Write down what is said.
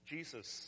Jesus